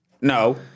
no